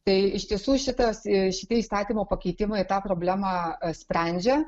tai iš tiesų šitas šitie įstatymo pakeitimai tą problemą sprendžia